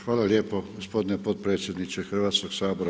Hvala lijepo gospodine potpredsjedniče Hrvatskog sabora.